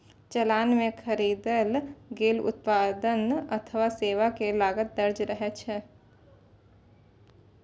चालान मे खरीदल गेल उत्पाद अथवा सेवा के लागत दर्ज रहै छै